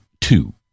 two